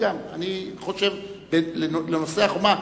בנושא החומה,